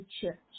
church